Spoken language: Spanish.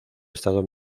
estado